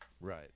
Right